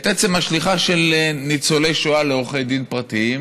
את עצם השליחה של ניצולי שואה לעורכי דין פרטיים.